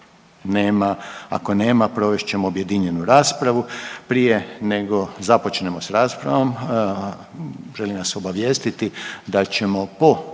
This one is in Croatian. Ako nema provest ćemo objedinjenu raspravu. Prije nego započnemo s raspravom želim vas obavijestiti da ćemo po